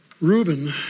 Reuben